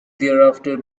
thereafter